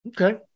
okay